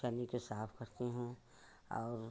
चर्नी को साफ करती हूँ और